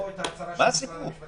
קיבלנו פה את ההצהרה של משרד המשפטים.